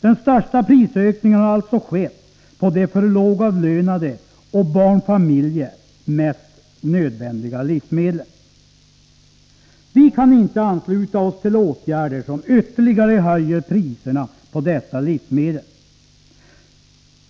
Den största prisökningen har alltså skett på de för lågavlönade och barnfamiljer mest nödvändiga livsmedlen. Vi kan inte ansluta oss till åtgärder som ytterligare höjer priserna på dessa livsmedel.